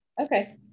okay